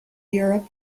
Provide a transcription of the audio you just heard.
europe